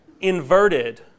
inverted